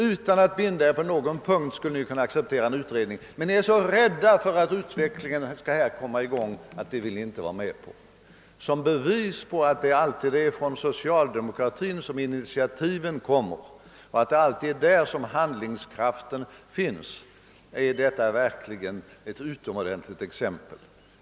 Utan att behöva binda er på någon punkt skulle ni kunna acceptera en utredning, men ni är så rädda för att utvecklingen här skall komma i gång, att det vill ni helt enkelt inte vara med på! Som bevis på att det alltid är från socialdemokratin som initiativen kommer och att det alltid är där som handlingskraften finns är detta verkligen ett utomordentligt exempel!